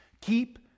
keep